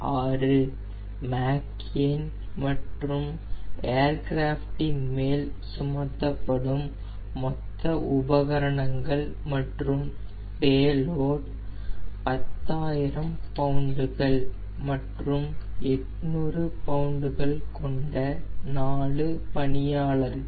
6 Mach எண் மற்றும் ஏர்கிராஃப்டின் மேல் சுமத்தப்படும் மொத்த உபகரணங்கள் மற்றும் பேலோடு 10000 பவுண்டுகள் மற்றும் 800 பவுண்டுகள் கொண்ட 4 பணியாளர்கள்